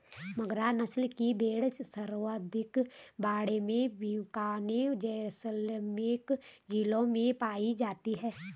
मगरा नस्ल की भेड़ सर्वाधिक बाड़मेर, बीकानेर, जैसलमेर जिलों में पाई जाती है